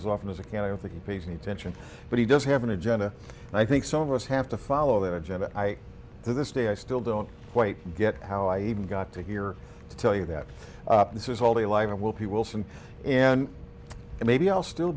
as often as i can i don't think appeasing tension but he does have an agenda and i think some of us have to follow that agenda i to this day i still don't quite get how i even got to here to tell you that this is all the life i will be wilson and maybe i'll still